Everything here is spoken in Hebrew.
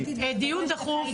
דיון דחוף,